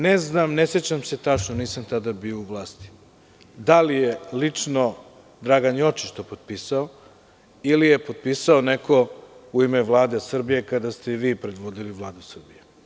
Ne znam i ne sećam se tačno jer nisam bio u vlasti da li je lično Dragan Jočić to potpisao ili je potpisao neko u ime Vlade Srbije kada ste vi predvodili Vladu Srbije.